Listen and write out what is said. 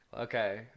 okay